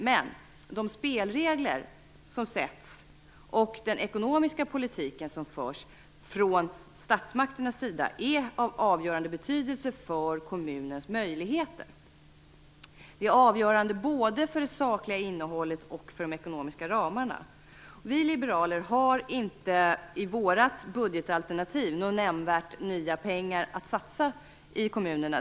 Men de spelregler som sätts upp och den ekonomiska politik som förs från statsmakternas sida är av avgörande betydelse för kommunens möjligheter. Det är avgörande både för det sakliga innehållet och för de ekonomiska ramarna. Vi liberaler har inte i vårt budgetalternativ några nämnvärda nya pengar att satsa i kommunerna.